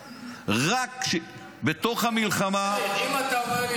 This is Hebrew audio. רק בתוך המלחמה --- אם אתה אומר לי